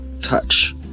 touch